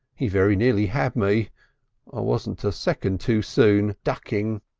he very nearly had me. i wasn't a second too soon ducking.